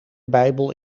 bijbel